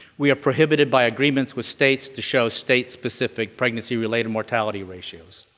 we are prohibited by agreements with states to show state-specific pregnancy-related mortality ratios.